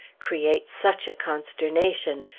create such a consternation!